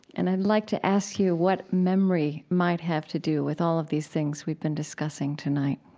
and i'd like to ask you what memory might have to do with all of these things we've been discussing tonight